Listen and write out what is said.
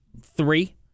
three